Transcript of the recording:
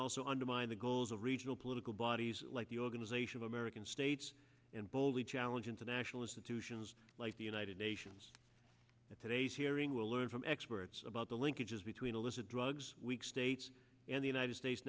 also undermine the goals of regional political bodies like the organization of american states and boldly challenge international institutions like the united nations at today's hearing will learn from experts about the linkages between illicit drugs weak states and the united states